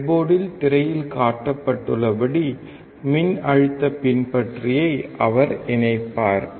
ப்ரெட்போர்டில் திரையில் காட்டப்பட்டுள்ளபடி மின்னழுத்த பின்பற்றியை அவர் இணைப்பார்